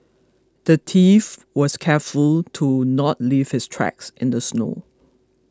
the thief was careful to not leave his tracks in the snow